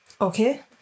Okay